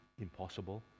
impossible